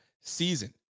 season